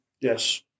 Yes